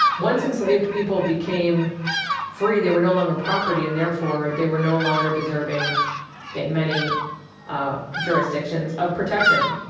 once enslaved people became free, they were no longer property and therefore they were no longer deserving in many ah jurisdictions of protection.